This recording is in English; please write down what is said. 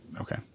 okay